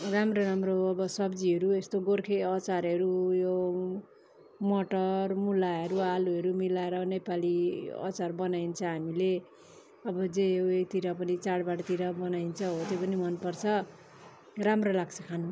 राम्रो राम्रो अब सब्जीहरू यस्तो गोर्खे अचारहरू यो मटर मुलाहरू आलुहरू मिलाएर नेपाली अचार बनाइन्छ हामीले अब जे उयोतिर पनि चाँडबाँडतिर बनाइन्छ हो त्यो पनि मनपर्छ राम्रो लाग्छ खानु